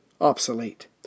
obsolete